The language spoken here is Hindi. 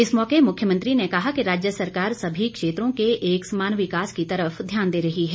इस मौके मुख्यमंत्री ने कहा कि राज्य सरकार सभी क्षेत्रों के एक समान विकास की तरफ ध्यान दे रही है